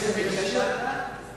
יש